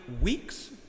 weeks